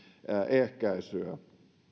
ehkäisyä